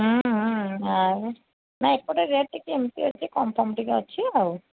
ହଁ ହଁ ଆଉ ନା ଏପଟେ ରେଟ୍ ଟିକେ ଏମିତି ଅଛି କମ୍ ଫମ ଟିକେ ଅଛି ଆଉ